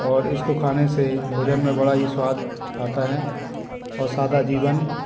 और इसको खाने से भोजन में बड़ा ही स्वाद आता है और सादा जीवन